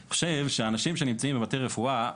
אני חושב שאנשים שנמצאים בבתי רפואה,